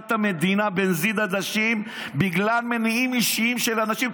מכירת המדינה בנזיד עדשים בגלל מניעים אישיים של אנשים,